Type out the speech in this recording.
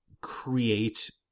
create